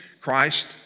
Christ